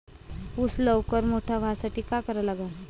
ऊस लवकर मोठा व्हासाठी का करा लागन?